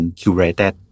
curated